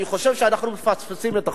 אני חושב שאנחנו מפספסים את החוק.